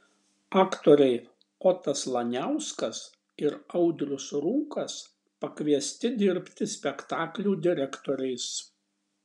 aktoriai otas laniauskas ir audrius rūkas pakviesti dirbti spektaklių direktoriais